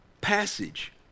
passage